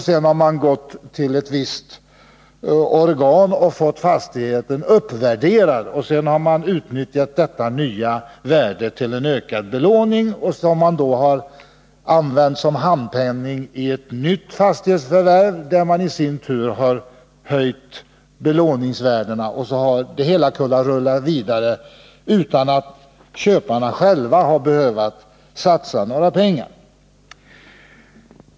Sedan har köparna gått till ett visst organ och fått fastigheten uppvärderad. Därefter har man utnyttjat detta nya värde till en ökad belåning, som man har använt som handpenning i ett nytt fastighetsförvärv, där man i sin tur har höjt belåningsvärdena. Så har det hela kunnat rulla vidare utan att köparna själva har behövt satsa några pengar.